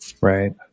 Right